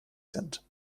sind